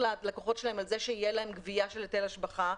ללקוחות שלהם על זה שיהיה להם גבייה של היטל השבחה.